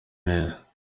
neza